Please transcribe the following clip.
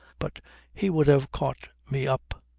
but he would have caught me up.